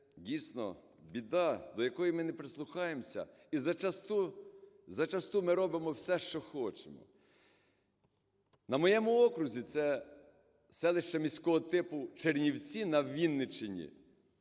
дійсно біда, до якої ми не прислухаємося, і зачасту ми робимо все, що хочемо. На моєму окрузі - це селище міського типу Чернівці на Вінниччині